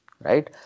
right